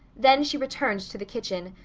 then she returned to the kitchen,